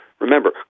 Remember